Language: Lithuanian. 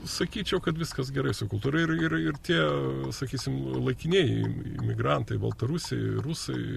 sakyčiau kad viskas gerai su kultūra ir ir ir tie sakysim laikinieji imigrantai baltarusiai rusai